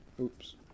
Oops